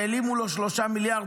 העלימו לו 3 מיליארד,